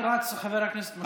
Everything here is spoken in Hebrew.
השעון רץ, חבר הכנסת משה ארבל.